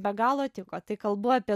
be galo tiko tai kalbu apie